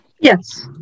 yes